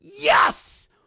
Yes